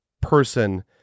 person